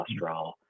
cholesterol